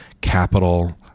capital